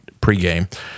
pregame